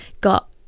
got